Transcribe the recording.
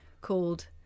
called